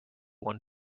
won